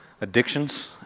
addictions